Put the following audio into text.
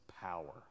power